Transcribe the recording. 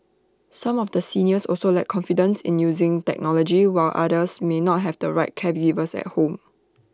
some of the seniors also lack confidence in using technology while others may not have the right caregivers at home